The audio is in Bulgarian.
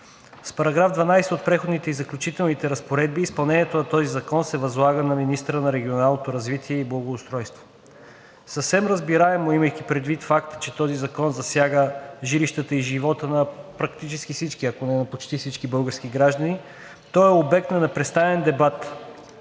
С §12 от Преходните и заключителните му разпоредби изпълнението на този закон се възлага на министъра на регионалното развитие и благоустройство. Съвсем разбираемо, имайки предвид факта, че този закон пряко засяга жилищата и живота практически на всички, ако не на почти всички български граждани, той е обект на непрестанен дебат